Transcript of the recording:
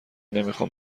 نمیخوام